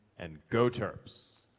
and go terps!